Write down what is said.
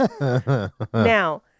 Now